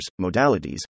modalities